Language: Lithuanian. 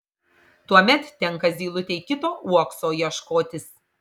tuomet tenka zylutei kito uokso ieškotis